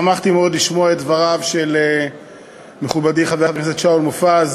שמחתי מאוד לשמוע את דבריו של מכובדי חבר הכנסת שאול מופז,